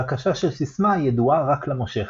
והקשה של סיסמה הידועה רק למושך.